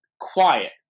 quiet